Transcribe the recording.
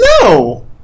No